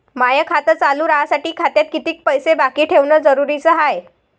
माय खातं चालू राहासाठी खात्यात कितीक पैसे बाकी ठेवणं जरुरीच हाय?